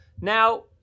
Now